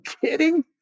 kidding